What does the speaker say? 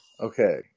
Okay